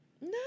No